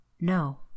No